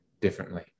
differently